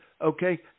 okay